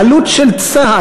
העלות של צה"ל,